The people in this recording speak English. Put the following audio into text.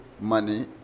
money